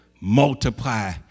multiply